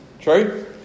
True